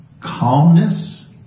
calmness